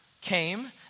came